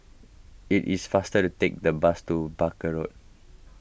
it is faster to take the bus to Barker Road